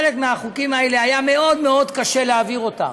חלק מהחוקים האלה, היה מאוד מאוד קשה להעביר אותם,